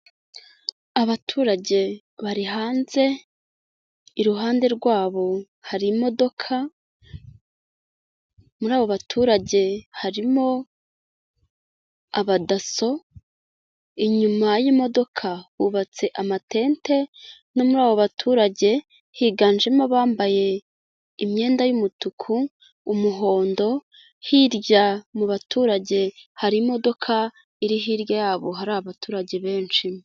Abaturage bari hanze, iruhande rwabo hari imodoka, muri abo baturage harimo abadaso, inyuma y'imodoka bubatse amatente no muri abo baturage higanjemo abambaye imyenda y'umutuku, umuhondo, hirya mu baturage hari imodoka iri hirya yabo hari abaturage benshi.